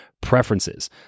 preferences